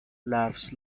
laughs